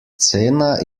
cena